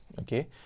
okay